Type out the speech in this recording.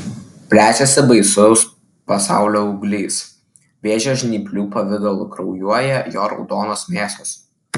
plečiasi baisus pasaulio auglys vėžio žnyplių pavidalu kraujuoja jo raudonos mėsos